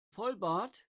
vollbart